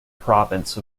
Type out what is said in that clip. province